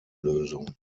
lösung